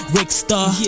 Rickstar